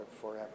forever